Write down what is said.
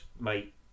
mate